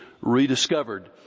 Rediscovered